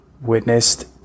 witnessed